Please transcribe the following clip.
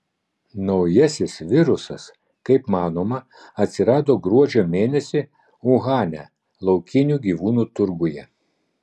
naujasis virusas kaip manoma atsirado gruodžio mėnesį uhane laukinių gyvūnų turguje